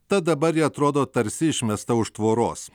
tad dabar ji atrodo tarsi išmesta už tvoros